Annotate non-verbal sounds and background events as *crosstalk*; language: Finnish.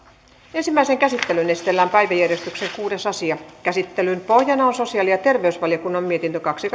ensimmäiseen käsittelyyn esitellään päiväjärjestyksen kuudes asia käsittelyn pohjana on sosiaali ja terveysvaliokunnan mietintö kaksi *unintelligible*